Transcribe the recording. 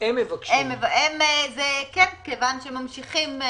זה מענק של רשות התעסוקה.